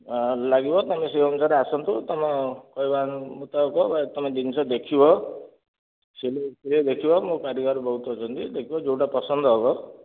ହଁ ଲାଗିବ ତୁମେ ସେ ଅନୁସାରେ ଆସନ୍ତୁ ତୁମ କହିବା ମୁତାବକ ଏ ତୁମେ ଜିନିଷ ଦେଖିବ ସିଲାଇ ଫିଲାଇ ଦେଖିବ ମୋ କାରିଗର ବହୁତ ଅଛନ୍ତି ଦେଖିବ ଯେଉଁଟା ପସନ୍ଦ ହେବ